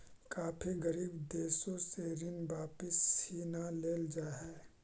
काफी गरीब देशों से ऋण वापिस ही न लेल जा हई